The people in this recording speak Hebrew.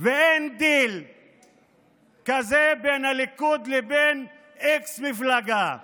ואין דיל כזה בין הליכוד לבין מפלגה x,